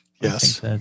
Yes